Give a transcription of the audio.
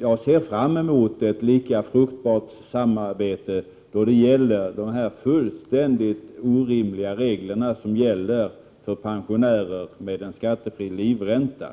Jag ser fram emot ett lika fruktbart samarbete i fråga om de fullständigt orimliga regler som gäller för pensionärer som har en skattefri livränta.